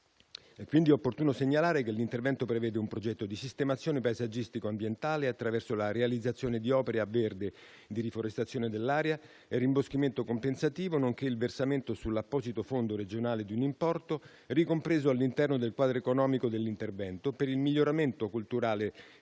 È quindi opportuno segnalare che l'intervento prevede un progetto di sistemazione paesaggistico-ambientale attraverso la realizzazione di opere a verde di riforestazione dell'area e rimboschimento compensativo, nonché il versamento sull'apposito fondo regionale di un importo ricompreso all'interno del quadro economico dell'intervento, per il miglioramento colturale